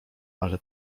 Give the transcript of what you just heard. ale